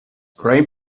gray